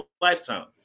lifetime